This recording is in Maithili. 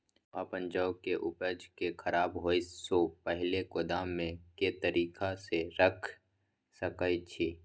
हम अपन जौ के उपज के खराब होय सो पहिले गोदाम में के तरीका से रैख सके छी?